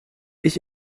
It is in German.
ich